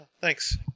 Thanks